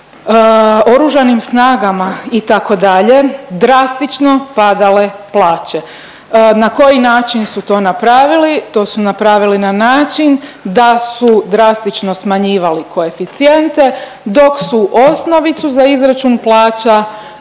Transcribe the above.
oružanim snagama itd. drastično padale plaće. Na koji način su to napravili? To su napravili na način da su drastično smanjivali koeficijente dok su osnovicu za izračun plaća